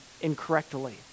incorrectly